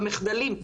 במחדלים,